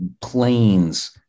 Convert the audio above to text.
planes